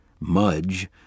Mudge